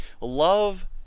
Love